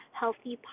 healthy